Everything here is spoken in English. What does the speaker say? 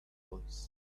voice